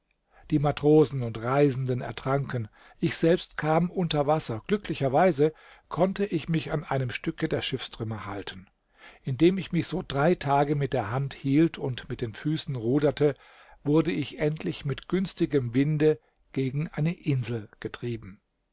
die matrosen und reisenden ertranken ich selbst kam unter wasser glücklicherweise konnte ich mich an einem stücke der schiffstrümmer halten indem ich mich so drei tage mit der hand hielt und mit den füßen ruderte wurde ich endlich mit günstigem winde gegen eine insel getrieben